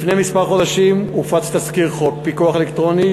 לפני כמה חודשים הופץ תזכיר חוק פיקוח אלקטרוני